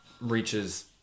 reaches